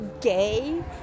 gay